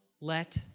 let